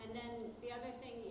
and then the other thing